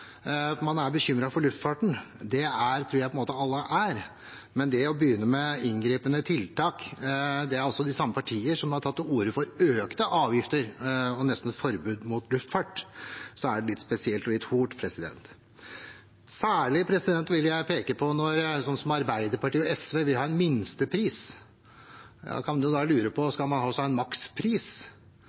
er bekymret for luftfarten. Det tror jeg alle er. Men når det å begynne med inngripende tiltak kommer fra de samme partiene som også har tatt til orde for økte avgifter og nesten forbud mot luftfart, blir det litt spesielt og litt hult. Særlig vil jeg peke på at Arbeiderpartiet og SV vil ha en minstepris. Da kan man lure på: Skal man også ha en makspris?